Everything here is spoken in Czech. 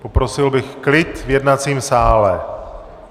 Poprosil bych klid v jednacím sále.